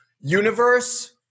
universe